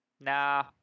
Nah